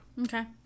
okay